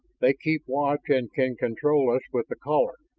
they keep watch and can control us with the caller.